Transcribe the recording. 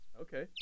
Okay